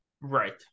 Right